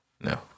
No